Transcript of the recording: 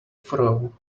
furrow